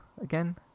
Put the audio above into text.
again